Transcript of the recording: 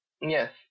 Yes